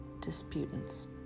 disputants